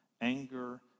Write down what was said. anger